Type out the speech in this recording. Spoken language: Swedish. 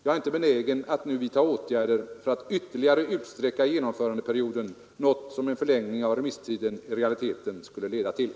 Jag är inte benägen att nu vidta åtgärder för att ytterligare utsträcka genomförandeperioden, något som en förlängning av remisstiden i realiteten skulle leda till.